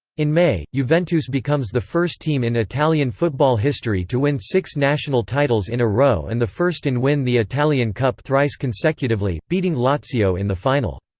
in may, juventus becomes the first team in italian football history to win six national titles in a row and the first in win the italian cup thrice consecutively, beating lazio in the final.